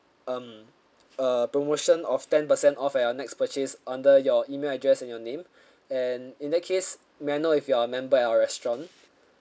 um uh promotion of ten percent off at your next purchase under your email address and your name and in that case may I know if you are a member at our restaurant